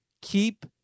keep